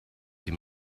sie